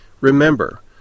Remember